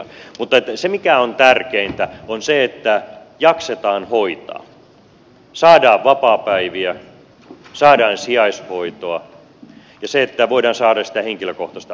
mutta se mikä on tärkeintä on se että jaksetaan hoitaa saadaan vapaapäiviä saadaan sijaishoitoa ja voidaan saada sitä henkilökohtaista apua